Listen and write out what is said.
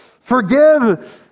forgive